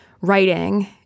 writing